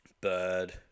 Bird